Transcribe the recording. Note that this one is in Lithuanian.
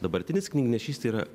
dabartinis knygnešys tai yra